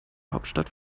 hauptstadt